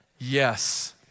Yes